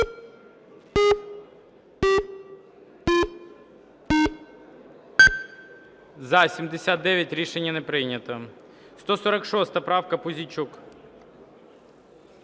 За-79 Рішення не прийнято. 146 правка, Пузійчук.